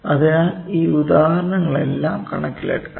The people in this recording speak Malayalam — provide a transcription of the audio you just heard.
അതിനാൽ ഈ ഉദാഹരണങ്ങളെല്ലാം കണക്കിലെടുക്കാം